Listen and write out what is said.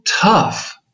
tough